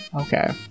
Okay